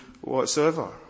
whatsoever